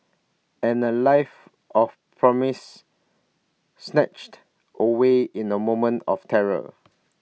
and A life of promise snatched away in A moment of terror